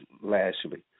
Lashley